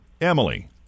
Emily